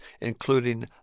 including